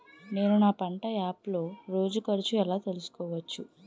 నేను నా పంట యాప్ లో రోజు ఖర్చు ఎలా తెల్సుకోవచ్చు?